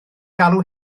galw